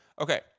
Okay